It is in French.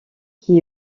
qui